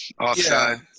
offside